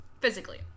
physically